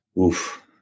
oof